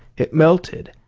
it melted,